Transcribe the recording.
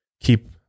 keep